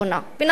בנצרת